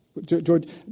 George